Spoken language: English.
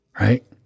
Right